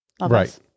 Right